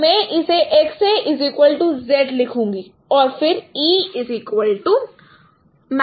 मैं इसे XAZ लिखूंगा और फिर E